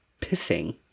Pissing